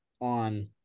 on